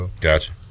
Gotcha